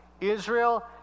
Israel